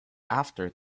after